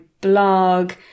blog